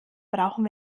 brauchen